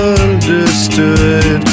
understood